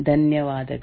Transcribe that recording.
ಧನ್ಯವಾದಗಳು